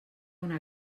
una